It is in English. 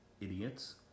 idiots